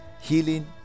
healing